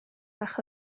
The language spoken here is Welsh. bach